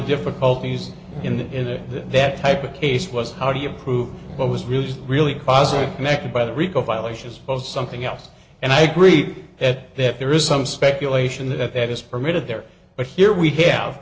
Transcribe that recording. difficulties in that type of case was how do you prove what was really really positive connected by the rico violations post something else and i agree that that there is some speculation that that is permitted there but here we have